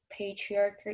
patriarchy